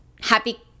happy